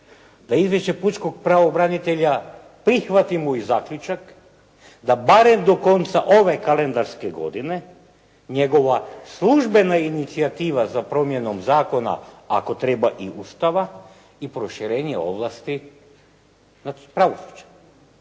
da izvješće pučkog pravobranitelja prihvati moj zaključak, da barem do konca ove kalendarske godine njegova službena inicijativa za promjenom zakona ako treba i Ustava i proširenje ovlasti nad pravosuđem.